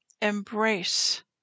embrace